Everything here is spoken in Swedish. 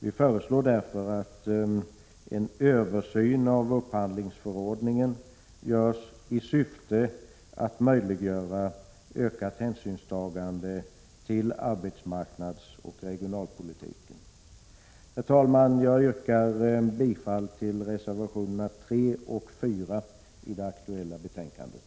Vi föreslår därför att en översyn av upphandlingsförordningen görs i syfte att möjliggöra ökat hänsynstagande till arbetsmarknadsoch regionalpolitiken. Herr talman! Jag yrkar bifall till reservationerna 3 och 4 i det aktuella betänkandet.